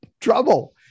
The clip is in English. trouble